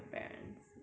what time